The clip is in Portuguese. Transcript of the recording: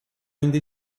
ainda